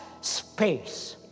space